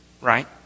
right